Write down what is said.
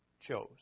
chose